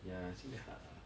ya I see hard ah